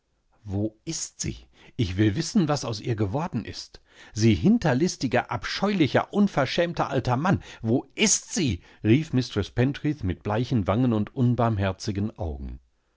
wo ist sie ich will wissen was aus ihr geworden ist sie hinterlistiger abscheulicher unverschämter alter mann wo ist sie rief mistreß pentreath mit bleichenwangenundunbarmherzigenaugen wahrscheinlichsiehtsiesichalleinimhauseum